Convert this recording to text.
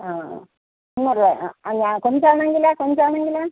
ആ കൊഞ്ചാണെങ്കിലോ കൊഞ്ചാണെങ്കിലോ